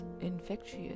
infectious